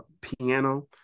piano